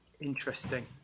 Interesting